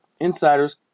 insiders